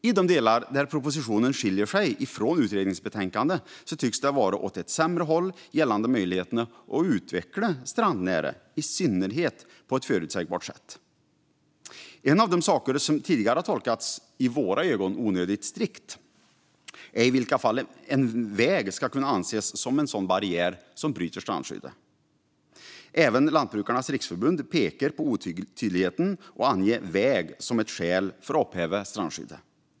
I de delar där propositionen skiljer sig från utredningsbetänkandet tycks det vara åt ett sämre håll gällande möjligheterna att utveckla strandnära, i synnerhet på ett förutsägbart sätt. En av de saker som tidigare tolkats onödigt strikt i våra ögon är i vilka fall en väg kan anses vara en sådan barriär som bryter strandskyddet. Även Lantbrukarnas Riksförbund pekar på otydligheten i att ange väg som ett skäl för att upphäva strandskyddet.